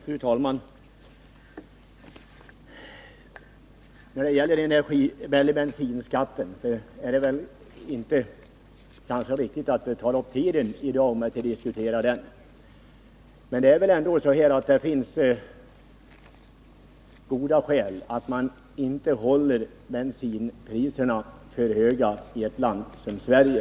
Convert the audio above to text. Fru talman! Det är kanske inte lämpligt att ta upp tid med att diskutera bensinskatten i dag, men jag vill ändå säga att det finns goda skäl att inte hålla bensinpriserna för höga i ett land som Sverige.